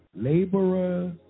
laborers